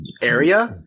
area